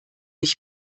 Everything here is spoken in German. nicht